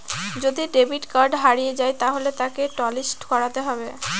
যদি debit card হারিয়ে যায় তাহলে তাকে টলিস্ট করাতে হবে